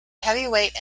heavyweight